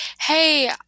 hey